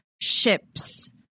ships